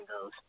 goes